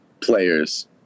players